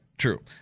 True